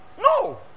No